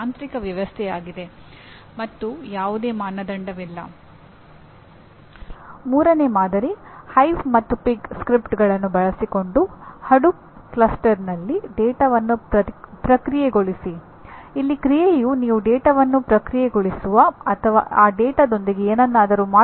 ತಂತ್ರಜ್ಞಾನಗಳು ಹಾಗೂ ಮಾರುಕಟ್ಟೆಯ ಪ್ರವೃತ್ತಿಗಳು ನಿರಂತರವಾಗಿ ಬದಲಾಗುತ್ತಿರುವುದರಿಂದ 4 ವರ್ಷಗಳ ಕಲಿಕೆ ಅಥವಾ 2 ವರ್ಷಗಳ ಸ್ನಾತಕೋತ್ತರ ಅವಧಿಯಲ್ಲಿ ನೀವು ಕಲಿಯುವ ವಿದ್ಯೆ ಸಮರ್ಪಕವಾಗಿರುವುದಿಲ್ಲ